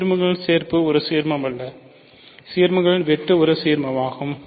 சீர்மங்களின் சேர்ப்பு ஒரு சீர்மமல்ல சீர்மங்களின் வெட்டு ஒரு சீர்மமாகும்